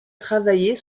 travailler